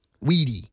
weedy